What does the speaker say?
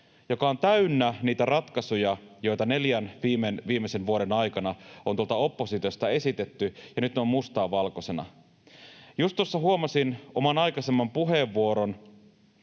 joka on täynnä niitä ratkaisuja, joita neljän viimeisen vuoden aikana on tuolta oppositiosta esitetty, ja nyt ne on mustaa valkoisena. Just tuossa huomasin oman aikaisemman puheenvuoroni,